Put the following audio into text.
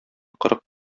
кырык